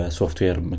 software